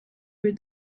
where